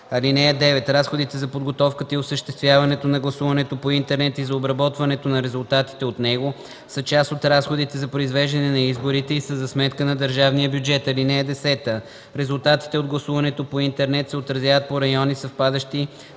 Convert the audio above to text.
13. (9) Разходите за подготовката и осъществяването на гласуването по интернет и за обработването на резултатите от него са част от разходите за произвеждане на изборите и са за сметка на държавния бюджет. (10) Резултатите от гласуването по интернет се отразяват по райони, съвпадащи